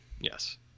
Yes